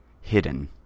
hidden